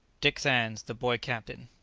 dick sands the boy captain.